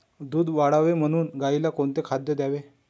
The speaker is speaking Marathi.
दूध वाढावे म्हणून गाईला कोणते खाद्य द्यावे?